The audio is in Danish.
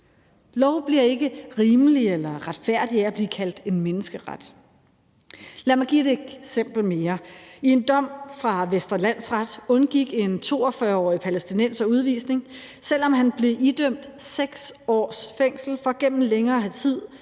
Love bliver ikke rimelige eller retfærdige af at blive kaldt en menneskeret. Lad mig give et eksempel mere. I en dom fra Vestre Landsret undgik en 42-årig palæstinenser udvisning, selv om han blev idømt 6 års fængsel for gennem længere tid